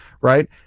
Right